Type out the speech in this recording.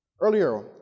Earlier